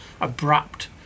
abrupt